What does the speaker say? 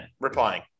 replying